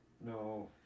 No